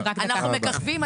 (היו"ר ישראל אייכלר) אנחנו מככבים.